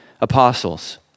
apostles